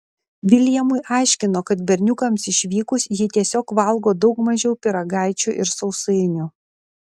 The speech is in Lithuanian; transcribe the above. viljamui aiškino kad berniukams išvykus ji tiesiog valgo daug mažiau pyragaičių ir sausainių